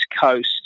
Coast